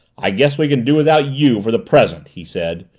i guess we can do without you for the present! he said,